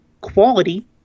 quality